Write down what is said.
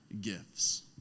gifts